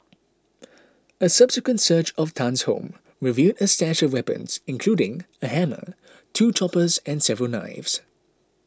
a subsequent search of Tan's home revealed a stash of weapons including a hammer two choppers and several knives